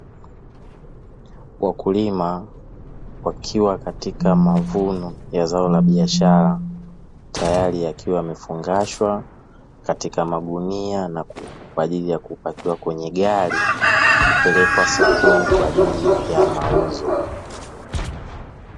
Wakulima wakiwa katika mavuno ya zao la biashara tayari yakiwa yamefungashwa katika magunia na kwa ajili ya kupakiwa kwenye gari kupelekwa sokoni kwa ajili ya mauzo.